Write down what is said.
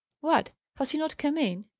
what! has he not come in?